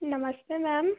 नमस्ते मैम